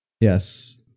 yes